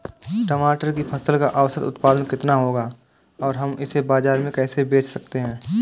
टमाटर की फसल का औसत उत्पादन कितना होगा और हम इसे बाजार में कैसे बेच सकते हैं?